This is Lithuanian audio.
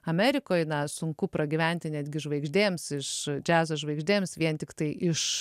amerikoj na sunku pragyventi netgi žvaigždėms iš džiazo žvaigždėms vien tiktai iš